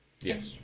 Yes